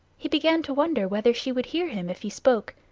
he began to wonder whether she would hear him if he spoke.